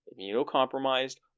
immunocompromised